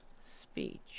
speech